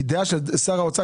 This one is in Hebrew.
כי דעה של שר האוצר,